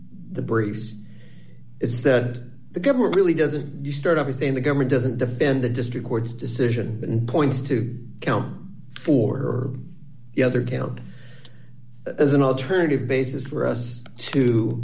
the briefs is that the government really doesn't just start up again the government doesn't defend the district court's decision points to count for the other count as an alternative basis for us to